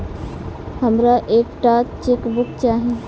हमरा एक टा चेकबुक चाहि